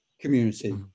community